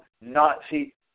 Nazi